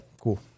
cool